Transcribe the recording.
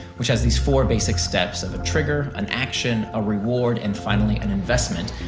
which has these four basic steps of a trigger, an action, a reward, and finally an investment.